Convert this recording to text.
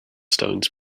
stones